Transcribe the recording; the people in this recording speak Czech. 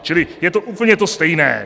Čili je to úplně to stejné.